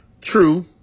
True